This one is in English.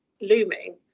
looming